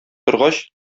торгач